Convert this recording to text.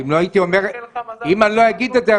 אם אני לא אגיד את זה,